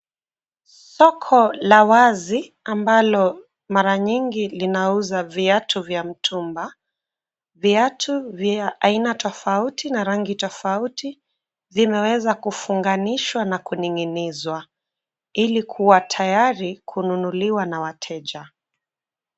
Soko la wazi ambalo mara nyingi linauza viatu vya mtumba. Viatu vya aina tofauti na rangi tofauti vimeweza kufunganishwa na kuning'inizwa ili kuwa tayari kununuliwa na wateja.